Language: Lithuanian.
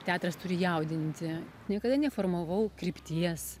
teatras turi jaudinti niekada neformavau krypties